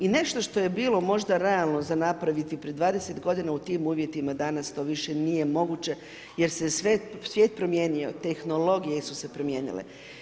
I nešto što je bilo možda realno za napraviti pred 20 g. u tim uvjetima danas to više nije moguće jer se svijet promijenio, tehnologije su se promijenile.